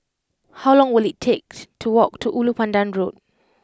how long will it take to walk to Ulu Pandan Road